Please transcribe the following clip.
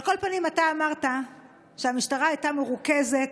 על כל פנים, אתה אמרת שהמשטרה הייתה מרוכזת,